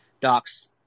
Doc's